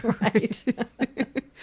Right